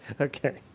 Okay